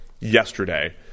yesterday